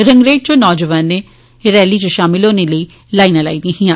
रंगरेह च नौजोआनें रैली च शामल होने लेई लाईनां लाई दियां हियां